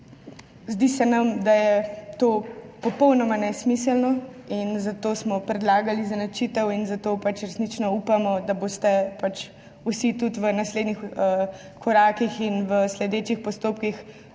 Zdi se nam, da je to popolnoma nesmiselno in zato smo predlagali izenačitev in zato resnično upamo, da boste vsi tudi v naslednjih korakih in v sledečih postopkih